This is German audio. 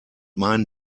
meinen